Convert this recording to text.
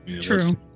True